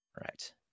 right